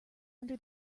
under